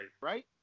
Right